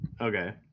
Okay